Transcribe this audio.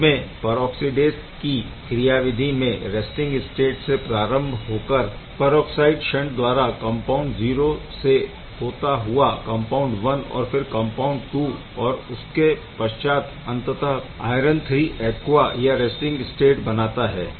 इसमें परऑक्सीडेस की क्रियाविधि में रैस्टिंग स्टेट से प्रारम्भ होकर परऑक्साइड शन्ट द्वारा कम्पाउण्ड 0 से होता हुआ कम्पाउण्ड 1 और फिर कम्पाउण्ड 2 और इसके पश्चात अंततः आयरन III एक्वा या रैस्टिंग स्टेट बनाता है